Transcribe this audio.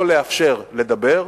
לא לאפשר לדבר.